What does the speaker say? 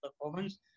performance